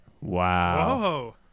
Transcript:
Wow